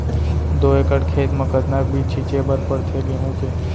दो एकड़ खेत म कतना बीज छिंचे बर पड़थे गेहूँ के?